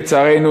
לצערנו,